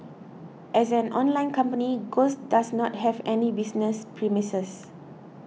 as an online company Ghost does not have any business premises